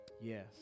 Yes